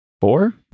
four